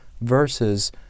versus